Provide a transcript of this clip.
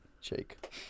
Shake